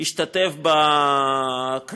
הוא השתתף בקרבות